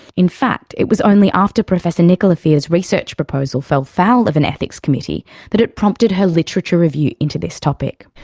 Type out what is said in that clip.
in fact, it was only after professor nicola fear's research proposal fell foul of an ethics committee that it prompted her literature review into this topic.